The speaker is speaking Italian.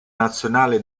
nazionale